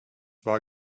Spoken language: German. war